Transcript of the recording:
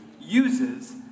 uses